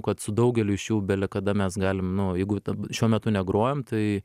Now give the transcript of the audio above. kad su daugeliu iš jų bele kada mes galim nu jeigu šiuo metu negrojam tai